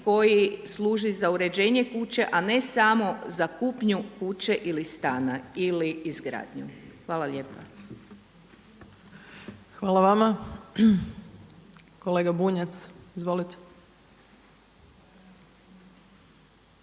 koji služi za uređenje kuće a ne samo za kupnju kuće ili stana ili izgradnju. Hvala lijepa. **Opačić, Milanka (SDP)** Hvala